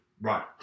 Right